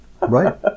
Right